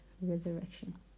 resurrection